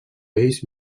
bells